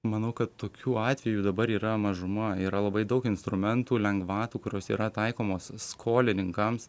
manau kad tokių atvejų dabar yra mažuma yra labai daug instrumentų lengvatų kurios yra taikomos skolininkams